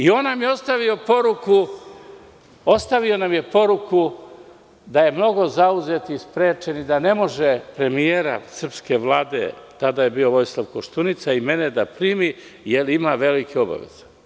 On nam je ostavio poruku, da je mnogo zauzet i sprečen i da ne može premijera Srpske vlade, tada je bio Vojislav Koštunica i mene da primi, jer ima velike obaveze.